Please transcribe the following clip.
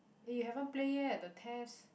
eh you haven't play yet the test